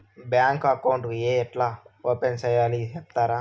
Bank account ఏ ఎట్లా open సేయాలి సెప్తారా?